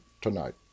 tonight